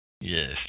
Yes